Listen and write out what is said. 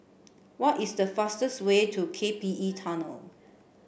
what is the fastest way to K P E Tunnel